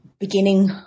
beginning